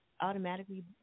automatically